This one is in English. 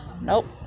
Nope